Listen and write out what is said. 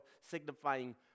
signifying